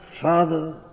Father